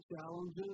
challenges